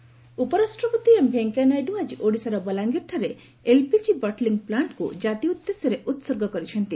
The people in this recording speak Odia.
ନାଇଡୁ ଏଲ୍ପିଜି ଉପରାଷ୍ଟ୍ରପତି ଏମ୍ ଭେଙ୍କୟା ନାଇଡୁ ଆଜି ଓଡ଼ିଶାର ବଲାଙ୍ଗୀରଠାରେ ଏଲ୍ପିଜି ବଟଲିଂ ପ୍ଲାଷ୍ଟକୁ ଜାତି ଉଦ୍ଦେଶ୍ୟରେ ଉହର୍ଗ କରିଛନ୍ତି